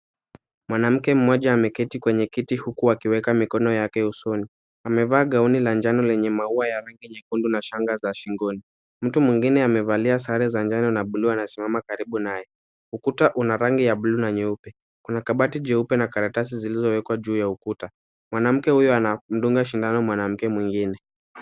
Mwanamke mmoja ameketi kwenye kiti huku akiweka mikono yake usoni, amevaa gauni la njano lenye maua ya rangi nyekundu na shanga za shingoni, mtu mwingine amevalia sare za njano na bluu anasimama karibu naye. Ukuta una rangi ya bluu na nyeupe. Kuna kabati jeupe na karatasi zilizowekwa juu ya ukuta. Mwanamke huyo anamdunga sindano mwanamke mwingine.